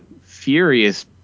furious